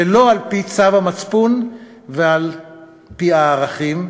ולא על-פי צו המצפון ועל-פי הערכים,